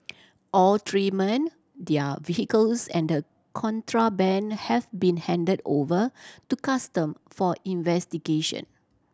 all three men their vehicles and the contraband have been handed over to Custom for investigation